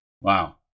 Wow